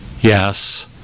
yes